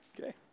Okay